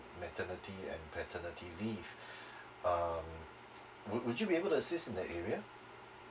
maternity and paternity leave um would would you be able to assist in the area